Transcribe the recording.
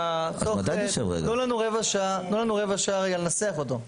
תנו לנו רבע שעה לנסח אותו.